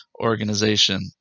organization